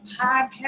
podcast